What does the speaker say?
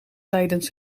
tijdens